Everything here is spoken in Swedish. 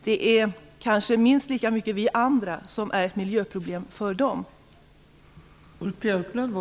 Det är kanske minst lika mycket vi andra som utgör ett miljöproblem för samerna.